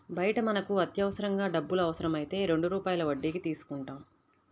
బయట మనకు అత్యవసరంగా డబ్బులు అవసరమైతే రెండు రూపాయల వడ్డీకి తీసుకుంటాం